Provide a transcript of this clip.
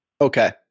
Okay